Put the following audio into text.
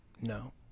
no